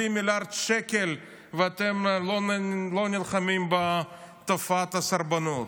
מיליארד שקל ואתם לא נלחמים בתופעת הסרבנות.